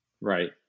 Right